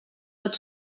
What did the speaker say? pot